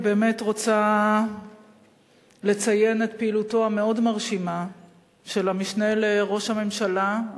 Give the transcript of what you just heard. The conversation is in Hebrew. אני באמת רוצה לציין את פעילותו המאוד-מרשימה של המשנה לראש הממשלה,